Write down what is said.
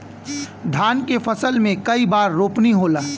धान के फसल मे कई बार रोपनी होला?